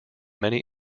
many